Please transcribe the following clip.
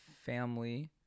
family